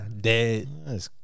Dead